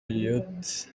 elliott